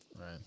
Right